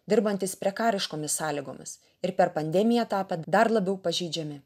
dirbantys prekariškomis sąlygomis ir per pandemiją tapę dar labiau pažeidžiami